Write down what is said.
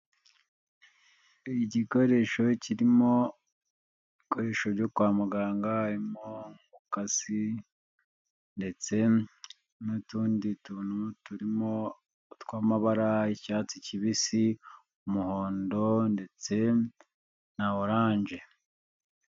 Igikoresho kirimo ibikoresho byo kwa muganga, harimo umukasi ndetse n'utundi tuntu turimo utw'amabara y'icyatsi kibisi, umuhondo ndetse na oranje.